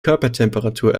körpertemperatur